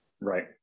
right